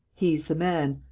he's the man.